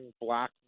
black